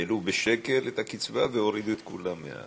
העלו בשקל את הקצבה והורידו את כולם.